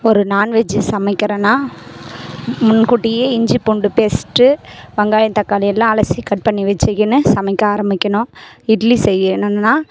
ஒரு நான் வெஜ்ஜு சமைக்கிறேன்னால் முன்கூட்டியே இஞ்சி பூண்டு பேஸ்ட்டு வெங்காயம் தக்காளி எல்லாம் அலசி கட் பண்ணி வெச்சுக்கின்னு சமைக்க ஆரமிக்கணும் இட்லி செய்யணும்னா